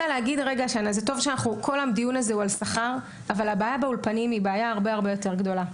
טוב שכל הדיון הזה הוא על שכר אבל הבעיה באולפנים היא הרבה יותר גדולה.